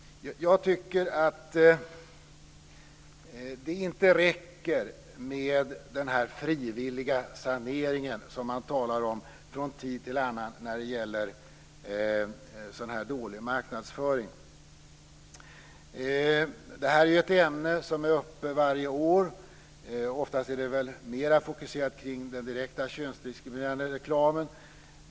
Jag tycker att det inte räcker med den frivilliga sanering som man talar om från tid till annan när det gäller dålig marknadsföring. Det här är ett ämne som är uppe varje år, oftast är det mer fokuserat på den direkta könsdiskriminerande reklamen.